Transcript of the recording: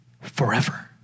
forever